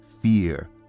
fear